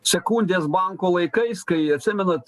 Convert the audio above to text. sekundės banko laikais kai atsimenat